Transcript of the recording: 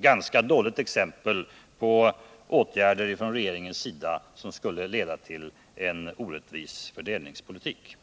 är dock ett dåligt exempel på åtgärder från regeringen som skulle leda till en orättvis fördelningspolitik.